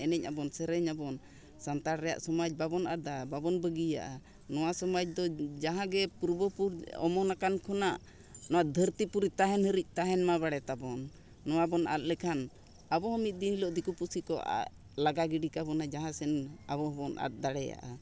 ᱮᱱᱮᱡ ᱟᱵᱟᱱ ᱥᱮᱨᱮᱧ ᱟᱵᱚᱱ ᱥᱟᱱᱛᱟᱲ ᱨᱮᱭᱟᱜ ᱥᱚᱢᱟᱡᱽ ᱵᱟᱵᱚᱱ ᱟᱫᱟ ᱵᱟᱵᱚᱱ ᱵᱟᱹᱜᱤᱭᱟᱜᱼᱟ ᱱᱚᱣᱟ ᱥᱚᱢᱟᱡᱽ ᱫᱚ ᱡᱟᱦᱟᱸᱜᱮ ᱯᱩᱨᱵᱚ ᱯᱩᱨᱩᱥ ᱚᱢᱚᱱ ᱟᱠᱟᱱ ᱠᱷᱚᱱᱟᱜ ᱱᱚᱣᱟ ᱫᱷᱟᱹᱨᱛᱤ ᱯᱩᱨᱤ ᱛᱟᱦᱮᱱ ᱦᱟᱹᱵᱤᱡ ᱛᱟᱦᱮᱱ ᱢᱟ ᱵᱟᱲᱮ ᱛᱟᱵᱚᱱ ᱱᱚᱣᱟ ᱵᱚᱱ ᱟᱫ ᱞᱮᱠᱷᱟᱱ ᱟᱵᱚ ᱦᱚᱸ ᱢᱤᱫ ᱫᱤᱱ ᱦᱤᱞᱳᱜ ᱫᱤᱠᱩ ᱯᱩᱥᱤ ᱠᱚ ᱞᱟᱜᱟ ᱜᱤᱰᱤ ᱠᱟᱵᱚᱱᱟ ᱡᱟᱦᱟᱸ ᱥᱮᱫ ᱟᱵᱚ ᱦᱚᱸᱵᱚᱱ ᱟᱫ ᱫᱟᱲᱮᱭᱟᱜᱼᱟ